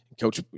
Coach